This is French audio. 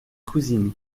cousine